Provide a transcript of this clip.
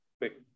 quick